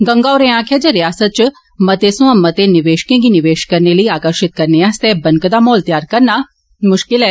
गंगा होरें आक्खेआ जे रियासत इच मते सोयां मते निवेषकें गी निवेष करने लेई आकर्शित करने आस्तै बनकदा माहौल त्यार करना ऐ